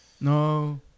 No